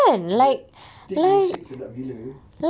that thick milkshake sedap gila